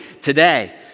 today